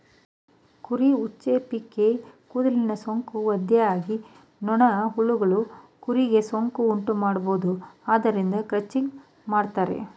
ಕುರಿ ಉಚ್ಚೆ, ಪಿಕ್ಕೇ ಕೂದಲಿನ ಸೂಕ್ತ ಒದ್ದೆಯಾಗಿ ನೊಣ, ಹುಳಗಳು ಕುರಿಗೆ ಸೋಂಕು ಉಂಟುಮಾಡಬೋದು ಆದ್ದರಿಂದ ಕ್ರಚಿಂಗ್ ಮಾಡ್ತರೆ